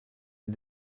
est